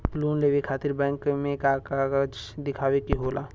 Loan लेवे खातिर bank मे का कागजात दिखावे के होला?